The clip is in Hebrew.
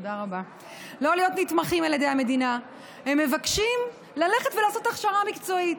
הם מבקשים ללכת ולעשות הכשרה מקצועית.